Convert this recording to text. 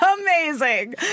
amazing